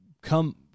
come